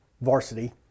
varsity